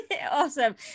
Awesome